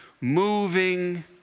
moving